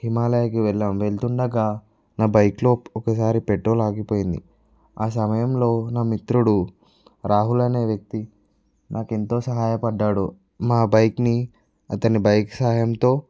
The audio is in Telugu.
హిమాలయాకి వెళ్ళాం వెళ్తుండగా నాబైక్లో ఒకసారి పెట్రోలు ఆగిపోయింది ఆసమయంలో నా మిత్రుడు రాహుల్ అనే వ్యక్తి నాకు ఎంతో సహాయపడ్డాడు మాబైక్ని అతని బైక్ సహాయంతో